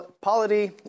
polity